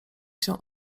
się